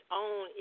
own